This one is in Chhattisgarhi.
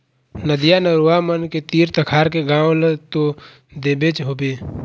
नदिया, नरूवा मन के तीर तखार के गाँव ल तो देखेच होबे